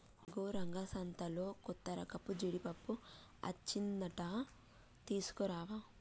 ఇగో రంగా సంతలో కొత్తరకపు జీడిపప్పు అచ్చిందంట తీసుకురావా